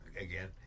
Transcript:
again